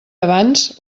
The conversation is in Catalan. abans